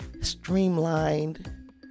streamlined